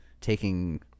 taking